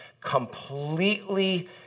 completely